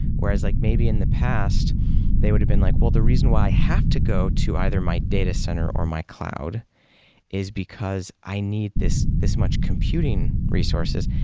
whereas like maybe in the past they would've been like, well, the reason why i have to go to either my data center or my cloud is because i need this this much computing resources.